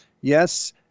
Yes